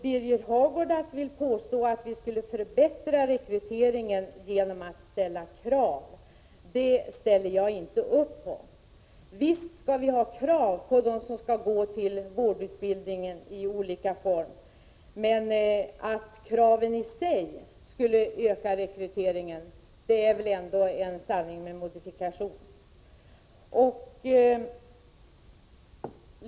Birger Hagård påstår att vi skulle förbättra rekryteringen genom att ställa krav. Jag tror inte på det. Visst skall vi ha krav på dem som skall gå på vårdutbildning av olika former, men det är väl ändå en sanning med modifikation att kraven i sig skulle förbättra rekryteringen.